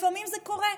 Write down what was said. לפעמים זה קורה,